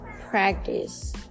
practice